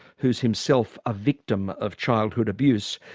who's himself a victim of childhood abuse,